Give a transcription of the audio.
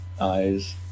eyes